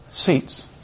Seats